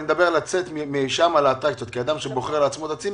אני מדבר על לצאת משם לאטרקציות כי אדם בוחר את הצימר